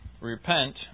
repent